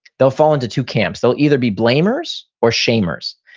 they'll fall into two camps, they'll either be blamers or shamers.